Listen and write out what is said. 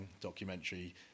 documentary